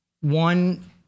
one